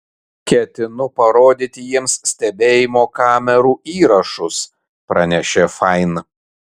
ketinu parodyti jiems stebėjimo kamerų įrašus pranešė fain